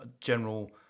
general